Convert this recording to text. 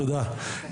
תודה.